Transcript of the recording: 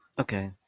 Okay